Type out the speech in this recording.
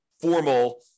formal